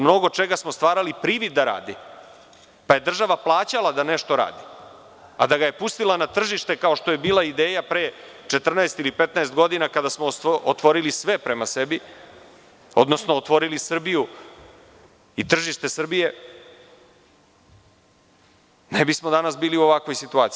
Mnogo čega smo stvarali privida radi, pa je država plaćala da nešto radi, a da ga je pustila na tržište, kao što je bila ideja pre 14 ili 15 godina, kada smo otvorili sve prema sebi, odnosno otvorili Srbiju i tržište Srbije, ne bismo danas bili u ovakvoj situaciji.